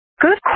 Good